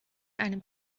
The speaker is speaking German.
einem